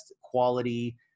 quality